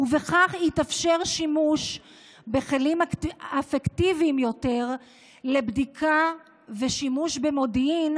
בכך יתאפשר שימוש בכלים אפקטיביים יותר לבדיקה ולשימוש במודיעין